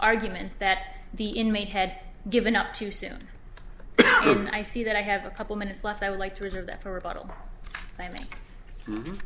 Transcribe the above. arguments that the inmate head given up too soon and i see that i have a couple minutes left i would like to reserve that for a bottle i have